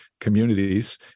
communities